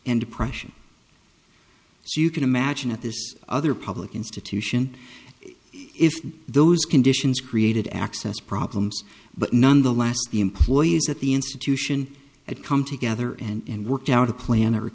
and depression as you can imagine at this other public institution if those conditions created access problems but nonetheless the employees at the institution at come together and worked out a plan or